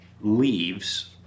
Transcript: leaves